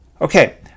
Okay